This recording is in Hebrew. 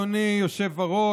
אדוני יושב הראש,